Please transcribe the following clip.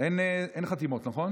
אין חתימות, נכון?